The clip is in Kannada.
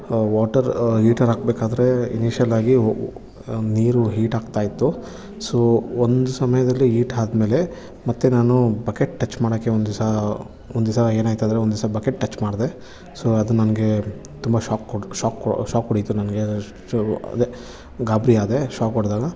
ವಾಟರ್ ಹೀಟರ್ ಹಾಕಬೇಕಾದ್ರೆ ಇನಿಶ್ಯಲಾಗಿ ವ ನೀರು ಹೀಟಾಗ್ತಾಯಿತ್ತು ಸೊ ಒಂದು ಸಮಯದಲ್ಲಿ ಈಟ್ ಆದ್ಮೇಲೆ ಮತ್ತೆ ನಾನು ಬಕೆಟ್ ಟಚ್ ಮಾಡೋಕ್ಕೆ ಒಂದು ದಿಸ ಒಂದು ದಿಸ ಏನಾಯಿತು ಅಂದರೆ ಒಂದು ದಿಸ ಬಕೆಟ್ ಟಚ್ ಮಾಡಿದೆ ಸೊ ಅದು ನನಗೆ ತುಂಬ ಶಾಕ್ ಕೊಡು ಶಾಕ್ ಕೊ ಶಾಕ್ ಹೊಡಿತು ನನಗೆ ಅದೇ ಗಾಬರಿಯಾದೆ ಶಾಕ್ ಹೊಡ್ದಾಗ